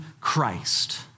Christ